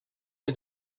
est